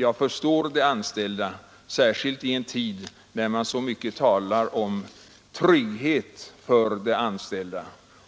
Jag förstår de anställdas bitterhet särskilt med hänsyn till att man i dessa dagar talar så mycket om trygghet